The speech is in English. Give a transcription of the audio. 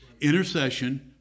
Intercession